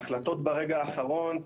החלטות ברגע האחרון.